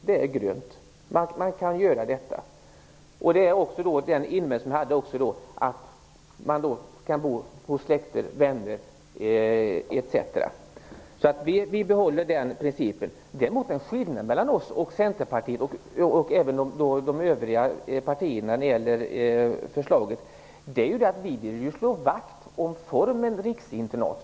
Det är grönt; man kan göra detta, och man kan då bo hos släkt, vänner etc. Vi behåller alltså den principen. Däremot är det en skillnad mellan oss och Centerpartiet och även de övriga partierna när det gäller detta förslag: Vi vill slå vakt om formen riksinternat.